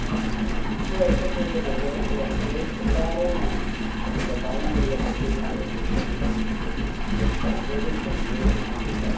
இப்போ இருக்கக்கூடிய இந்த உலகத்தில் வந்து எல்லோரும் நம்ப தாய்மொழில படிக்கக்கூடிய ஒரு புத்தகம்னால் அது எனக்கு தற்போது இப்போ நினைவில் ஏதும் இல்லை